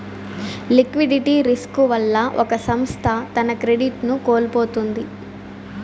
liquidity risk వల్ల ఒక సంస్థ తన క్రెడిట్ ను కోల్పోతుంది